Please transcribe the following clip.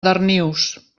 darnius